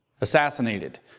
assassinated